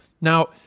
Now